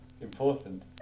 important